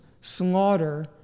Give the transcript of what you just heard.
slaughter